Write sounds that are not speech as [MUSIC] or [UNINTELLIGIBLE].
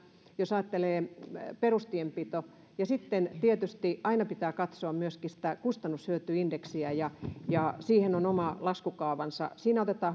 jos ajattelee myöskin perustienpitoa [UNINTELLIGIBLE] [UNINTELLIGIBLE] tietysti aina pitää katsoa myöskin kustannus hyöty indeksiä ja ja siihen on oma laskukaavansa siinä otetaan [UNINTELLIGIBLE]